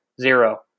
zero